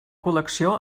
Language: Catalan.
col·lecció